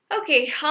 Okay